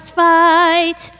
fight